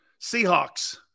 Seahawks